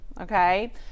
okay